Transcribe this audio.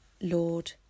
Lord